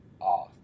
off